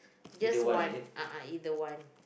just one a'ah either one